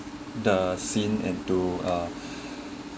the scene into uh